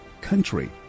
country